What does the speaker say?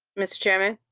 mr. chairman?